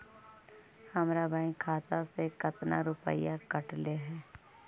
हमरा बैंक खाता से कतना रूपैया कटले है?